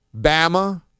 Bama